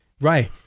Right